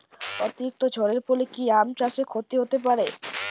অতিরিক্ত ঝড়ের ফলে কি আম চাষে ক্ষতি হতে পারে?